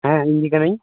ᱦᱮᱸ ᱤᱧ ᱜᱮ ᱠᱟᱱᱟᱹᱧ